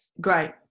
Great